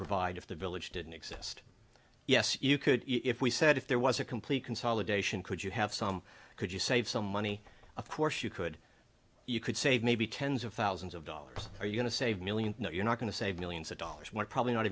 provide if the village didn't exist yes you could if we said if there was a complete consolidation could you have some could you save some money of course you could you could save maybe tens of thousands of dollars are you going to save millions you know you're not going to save millions of dollars we're probably not